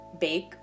bake